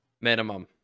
Minimum